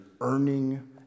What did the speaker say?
earning